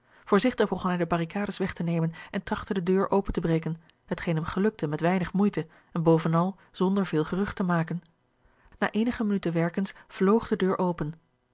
begon hij de barricades weg te nemen en trachtte de deur open te breken hetgeen hem gelukte met weinig moeite en bovenal zonder veel gerucht te maken na eenige minuten werkens vloog de deur open